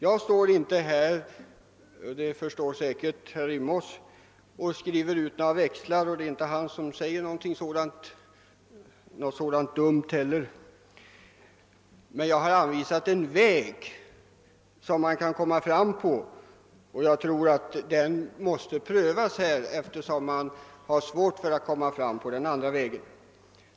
Jag står inte här — det förstår säkert herr Rimås — och skriver ut några växlar; det är inte heller han som säger något så dumt. Men jag har anvisat en väg som jag tror att man kan komma fram på, och jag tror, att den vägen måste prövas, eftersom det är svårt att komma fram på undantagslinjen.